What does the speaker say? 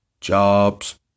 Jobs